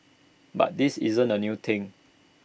but this isn't A new thing